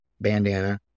bandana